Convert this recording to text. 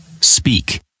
Speak